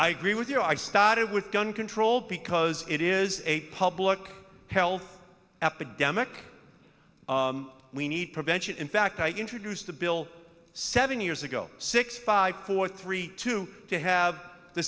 i agree with your i started with gun control because it is a public health epidemic we need prevention in fact i introduced a bill seven years ago six five four three two they have the